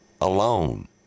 alone